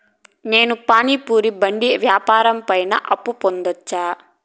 నేను పానీ పూరి బండి వ్యాపారం పైన అప్పు పొందవచ్చా?